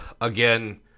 again